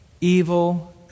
evil